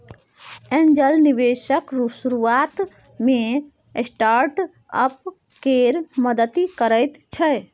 angel निबेशक शुरुआत मे स्टार्टअप केर मदति करैत छै